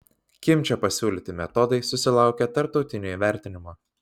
kimčio pasiūlyti metodai susilaukė tarptautinio įvertinimo